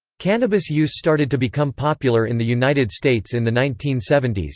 cannabis use started to become popular in the united states in the nineteen seventy s.